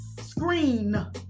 Screen